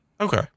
Okay